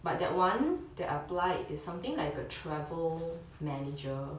but that one that I applied is something like a travel manager